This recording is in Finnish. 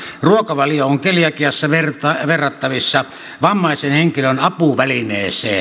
ruokavalio on keliakiassa verrattavissa vammaisen henkilön apuvälineeseen